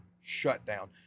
shutdown